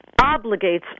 obligates